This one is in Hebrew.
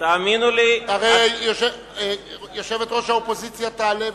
הרי יושבת-ראש האופוזיציה תעלה,